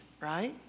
right